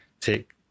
take